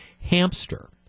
hamster